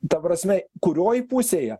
ta prasme kurioj pusėje